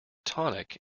tonic